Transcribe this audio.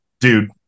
dude